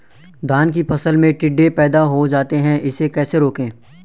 धान की फसल में टिड्डे पैदा हो जाते हैं इसे कैसे रोकें?